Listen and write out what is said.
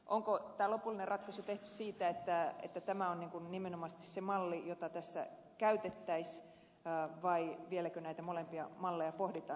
onko lopullinen ratkaisu tehty siitä että tämä on nimenomaisesti se malli jota tässä käytettäisiin vai vieläkö näitä molempia malleja pohditaan